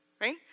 Right